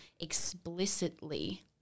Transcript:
explicitly –